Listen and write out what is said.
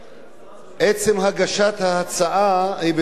עצם הגשת ההצעה היא בדרך כלל,